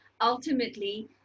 Ultimately